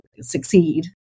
succeed